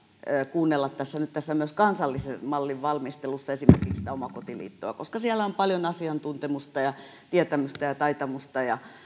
kuunnella tässä kansallisen mallin valmistelussa nyt esimerkiksi sitä omakotiliittoa koska siellä on paljon asiantuntemusta ja tietämystä ja taitamusta